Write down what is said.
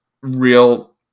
real